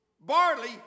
Barley